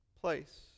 place